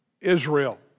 Israel